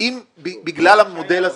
אם בגלל המודל הזה,